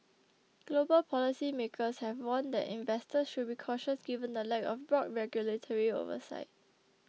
global policy makers have warned that investors should be cautious given the lack of broad regulatory oversight